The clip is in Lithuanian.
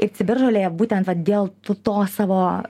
ir ciberžolėje būtent va dėl to savo